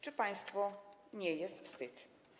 Czy państwu nie jest wstyd?